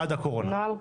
עד הקורונה?